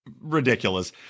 ridiculous